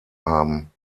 haben